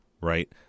right